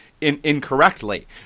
incorrectly